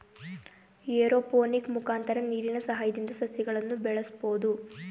aeroponic ಮುಖಾಂತರ ನೀರಿನ ಸಹಾಯದಿಂದ ಸಸಿಗಳನ್ನು ಬೆಳಸ್ಬೋದು